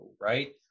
right